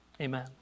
amen